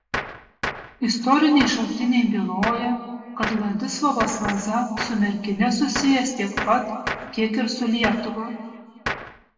istoriniai šaltiniai byloja kad vladislovas vaza su merkine susijęs tiek pat kiek ir su lietuva